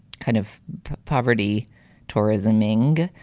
kind of poverty tourism thing,